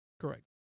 Correct